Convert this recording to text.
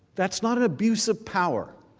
that's not abuse of power